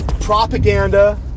propaganda